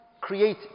create